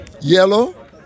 yellow